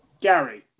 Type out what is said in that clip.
Gary